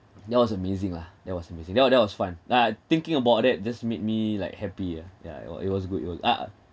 that was amazing lah that was amazing that that was fun uh thinking about that just made me like happy yeah yeah it wa~ it was good it was ah